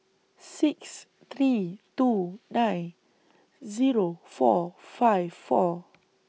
six three two nine Zero four five four